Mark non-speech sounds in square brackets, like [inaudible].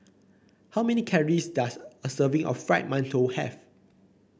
how many calories does a serving of [noise] Fried Mantou have